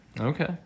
okay